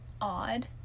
odd